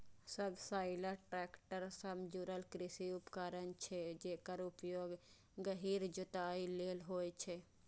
subsoiler tractor सं जुड़ल कृषि उपकरण छियै, जेकर उपयोग गहींर जोताइ लेल होइ छै